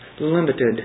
limited